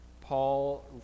Paul